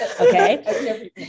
okay